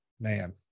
man